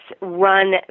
run